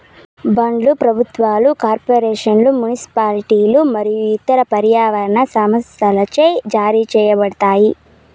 బాండ్లు ప్రభుత్వాలు, కార్పొరేషన్లు, మునిసిపాలిటీలు మరియు ఇతర పర్యావరణ సంస్థలచే జారీ చేయబడతాయి